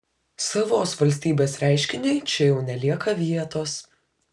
savos valstybės reiškiniui čia jau nelieka vietos